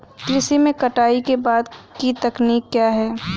कृषि में कटाई के बाद की तकनीक क्या है?